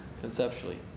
conceptually